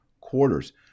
quarters